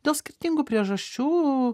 dėl skirtingų priežasčių